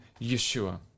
Yeshua